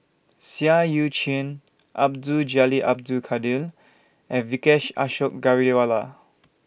Seah EU Chin Abdul Jalil Abdul Kadir and Vijesh Ashok Ghariwala